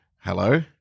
Hello